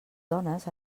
dones